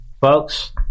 folks